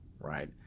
right